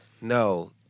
No